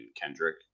Kendrick